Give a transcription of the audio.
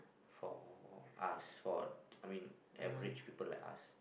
for us for I mean average poeple like us